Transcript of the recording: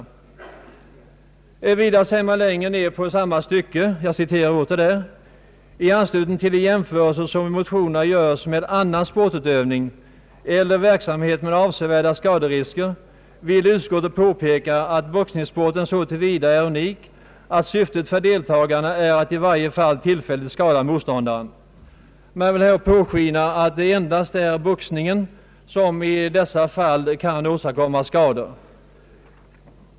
Vidare säger utskottet längre ned i samma stycke: »I anslutning till de jämförelser som i motionerna görs med annan sportutövning eller verksamhet med avsevärda skaderisker vill utskottet påpeka att boxningssporten så till vida är unik att syftet för deltagarna är att i varje fall tillfälligt skada motståndaren.» Man vill här påskina att det endast är boxningen som kan åstadkomma skador.